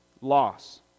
loss